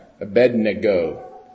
Abednego